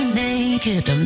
naked